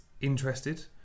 interested